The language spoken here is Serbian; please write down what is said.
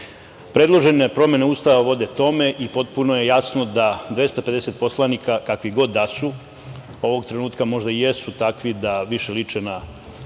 promene Ustava vode tome i potpuno je jasno da 250 poslanika, kakvi god da su, ovog trenutka možda jesu takvi da više liče na